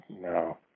No